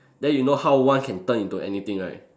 then you know how one can turn into anything right